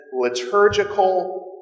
liturgical